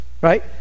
Right